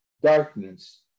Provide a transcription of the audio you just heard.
Darkness